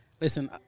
Listen